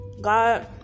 God